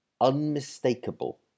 unmistakable